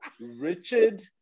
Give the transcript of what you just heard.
richard